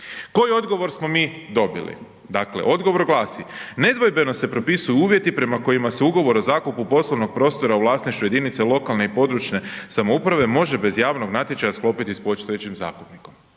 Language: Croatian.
Koji odgovor smo mi dobili? Dakle odgovor glasi: „Nedvojbeno se propisuju uvjetima prema kojima se ugovor o zakupu poslovnog prostora u vlasništvu jedinice lokalne i područne samouprave može bez javnog natječaja sklopiti sa postojećim zakupnikom.“.